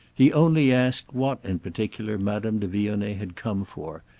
he only asked what in particular madame de vionnet had come for,